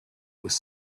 was